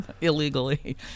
illegally